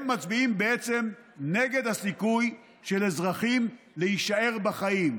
הם מצביעים בעצם נגד הסיכוי של אזרחים להישאר בחיים,